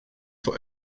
for